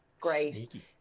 great